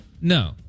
no